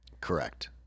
correct